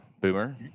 Boomer